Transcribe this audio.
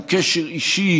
עם קשר אישי